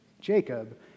Jacob